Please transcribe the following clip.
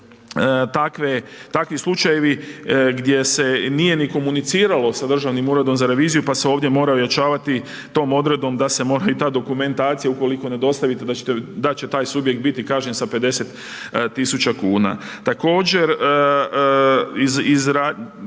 takvi slučajevi gdje se nije ni komuniciralo sa Državnim uredom za revizijom, pa se ovdje moraju ojačavati tom odredbom, da se mora i ta dokumentacija ukoliko ne dostavite, da će taj subjekt biti kažnjen sa 50 tisuća kuna.